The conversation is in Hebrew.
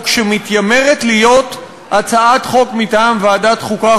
שמתיימרת להיות הצעת חוק מטעם ועדת החוקה,